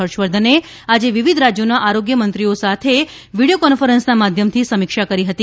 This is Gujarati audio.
હર્ષવર્ધને આજે વિવિધ રાજ્યોના આરોગ્ય મંત્રીશ્રીઓ સાથે વિડીયો કોન્ફરન્સના માધ્યમ થી સમીક્ષા કરી હતી